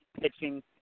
Pitching